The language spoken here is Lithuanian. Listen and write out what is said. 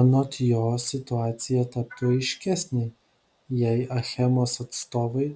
anot jo situacija taptų aiškesnė jei achemos atstovai